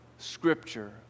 Scripture